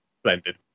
Splendid